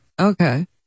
Okay